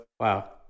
Wow